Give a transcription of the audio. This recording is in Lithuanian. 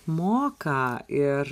moka ir